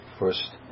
first